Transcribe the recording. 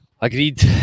Agreed